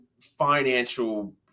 financial